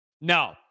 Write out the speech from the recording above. no